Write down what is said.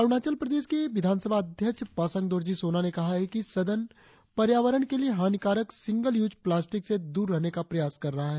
अरुणाचल प्रदेश के विधानसभा अध्यक्ष पसांग दोरजी सोना ने कहा है कि सदन पर्यावरण के लिए हानिकारक सिंगल यूज प्लास्टिक से दूर रहने का प्रयास कर रहा है